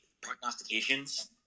prognostications